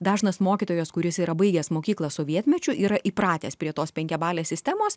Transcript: dažnas mokytojas kuris yra baigęs mokyklą sovietmečiu yra įpratęs prie tos penkiabalės sistemos